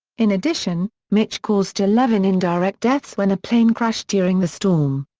in addition, mitch caused eleven indirect deaths when a plane crashed during the storm.